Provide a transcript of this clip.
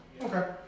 Okay